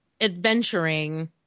adventuring